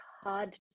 hard